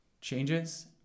changes